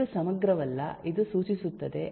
ಇದು ಸಮಗ್ರವಲ್ಲ ಇದು ಸೂಚಿಸುತ್ತದೆ